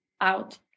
out